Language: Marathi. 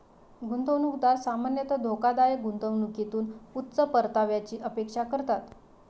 गुंतवणूकदार सामान्यतः धोकादायक गुंतवणुकीतून उच्च परताव्याची अपेक्षा करतात